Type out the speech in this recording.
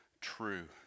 true